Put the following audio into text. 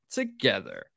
together